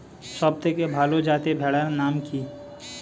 সবথেকে ভালো যাতে ভেড়ার নাম কি?